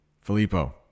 Filippo